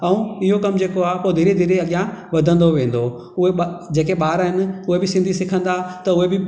ऐं इहो कमु जेको आहे पोइ धीरे धीरे अॻियां वधंदो वेंदो उहे जेके ॿार आहिनि उहे बि सिंधी सिखंदा